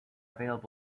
valid